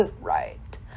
Right